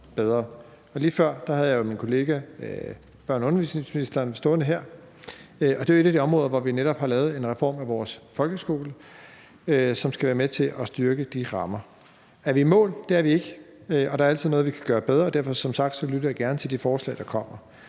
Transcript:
Lige før havde jeg min kollega børne- og undervisningsministeren stående her, og det er jo et af de områder, hvor vi netop har lavet en reform af vores folkeskole, som skal være med til at styrke de rammer. Er vi i mål? Det er vi ikke, der er altid noget, vi kan gøre bedre, og derfor lytter jeg som sagt gerne til de forslag, der kommer.